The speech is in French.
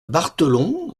barthelon